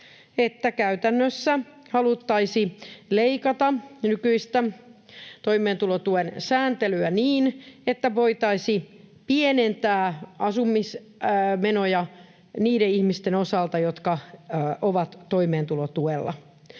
että käytännössä haluttaisiin leikata nykyistä toimeentulotuen sääntelyä niin, että voitaisiin pienentää asumismenoja niiden ihmisten osalta, jotka ovat toimeentulotuella.